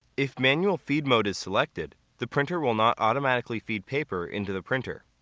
if manual feed mode is selected, the printer will not automatically feed paper into the printer.